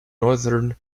northern